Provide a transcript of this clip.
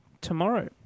tomorrow